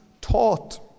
taught